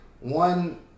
one